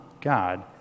God